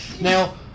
Now